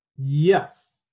yes